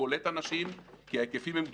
קולט אנשים כי ההיקפים הם גדולים.